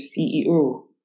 CEO